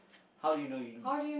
how do you know you